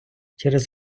через